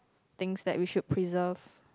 things that we should preserve